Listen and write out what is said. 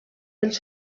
dels